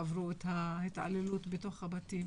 שעברו את ההתעללות בתוך הבתים